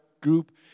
group